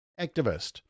activist